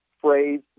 phrase